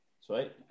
Sweet